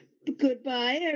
Goodbye